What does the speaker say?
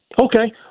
Okay